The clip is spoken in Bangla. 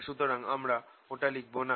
সুতরাং আমরা ওটা লিখব না